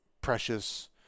precious